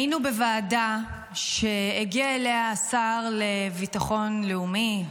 היינו בוועדה שהגיע אליה השר לביטחון לאומי,